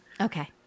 Okay